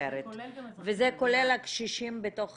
וזה כולל את הקשישים בתוך